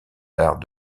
arts